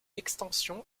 extension